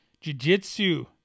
Jiu-Jitsu